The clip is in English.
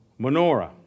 menorah